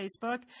facebook